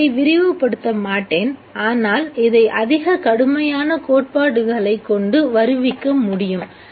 நான் அதை விரிவுபடுத்தமாட்டேன் ஆனால் இதை அதிக கடுமையான கோட்பாடுகளைக் கொண்டு வருவிக்க முடியும்